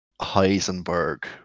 Heisenberg